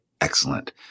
excellent